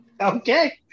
Okay